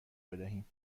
بدهیم